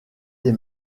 des